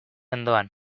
ondoan